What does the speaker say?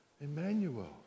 Emmanuel